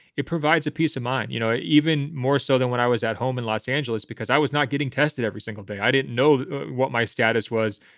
it provides a peace of mind, you know, even more so than when i was at home in los angeles because i was not getting tested every single day. i didn't know what my status was.